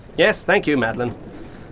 yes, thank you madeleine,